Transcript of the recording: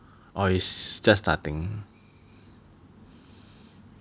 or is just starting